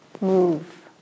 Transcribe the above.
move